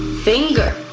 finger.